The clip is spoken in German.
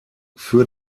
für